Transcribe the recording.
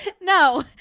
No